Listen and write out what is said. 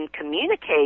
communicate